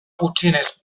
gutxienez